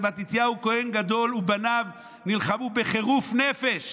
שמתתיהו כוהן גדול ובניו נלחמו בחירוף נפש